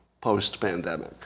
post-pandemic